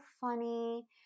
funny